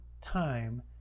time